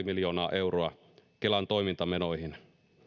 miljoonaa euroa kelan toimintamenoihin